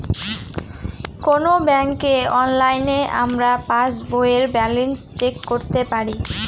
কোনো ব্যাঙ্কে অনলাইনে আমরা পাস বইয়ের ব্যালান্স চেক করতে পারি